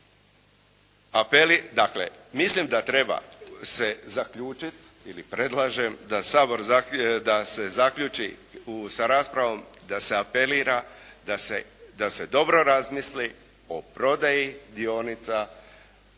mislim da treba se zaključit ili predlažem da Sabor, da se zaključi sa raspravom, da se apelira da se dobro razmisli o prodaji dionica